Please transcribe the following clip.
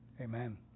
amen